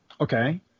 Okay